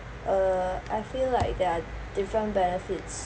uh I feel like there are different benefits